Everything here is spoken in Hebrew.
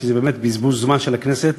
כי זה באמת בזבוז זמן של הכנסת